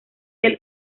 del